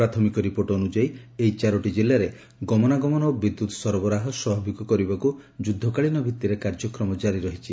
ପ୍ରାଥମିକ ରିପୋର୍ଚ ଅନ୍ଯାୟୀ ଏହି ଚାରୋଟି ଜିଲ୍ଲାରେ ଗମନାଗମନ ଓ ବିଦ୍ୟତ୍ ସରବରାହ ସ୍ୱଭାବିକ କରିବାକୁ ଯୁଦ୍ଧକାଳୀନ ଭିତିରେ କାର୍ଯ୍ୟକ୍ରମ କାରି ରହିଛି